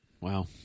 Wow